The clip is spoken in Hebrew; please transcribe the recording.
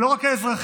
ולא רק האזרחים,